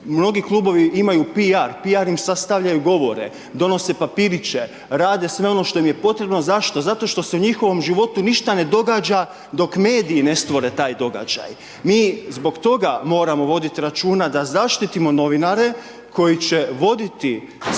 mnogi klubovi imaju PR, PR im sastavljaju govore, donose papiriće, rade sve ono što im je potrebno, zašto, zato što se u njihovom životu ništa ne događa dok mediji ne stvore taj događaj. Mi zbog toga moramo voditi računa da zaštitimo novinare koji će voditi,